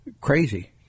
crazy